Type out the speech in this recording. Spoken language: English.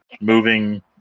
moving